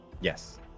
Yes